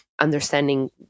understanding